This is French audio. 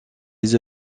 les